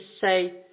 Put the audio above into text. say